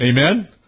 Amen